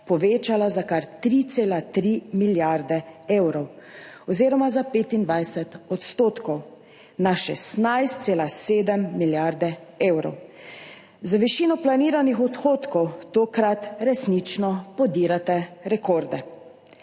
povečala za kar 3,3 milijarde evrov oziroma za 25 %, na 16,7 milijarde evrov. Z višino planiranih odhodkov tokrat resnično podirate rekorde.